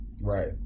Right